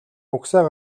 угсаа